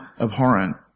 abhorrent